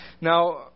Now